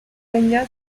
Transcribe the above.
régna